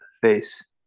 face